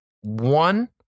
one